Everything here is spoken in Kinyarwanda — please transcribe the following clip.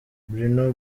bruno